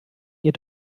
ihr